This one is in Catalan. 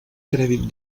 crèdit